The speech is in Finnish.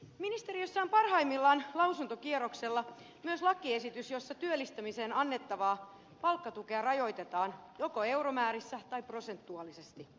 ministeriössä on parhaillaan lausuntokierroksella myös lakiesitys jossa työllistämiseen annettavaa palkkatukea rajoitetaan joko euromäärissä tai prosentuaalisesti